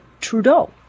Trudeau